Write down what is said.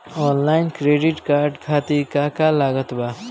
Online credit card खातिर का का लागत बा?